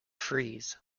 freeze